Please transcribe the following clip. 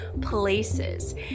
places